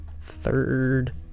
third